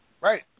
Right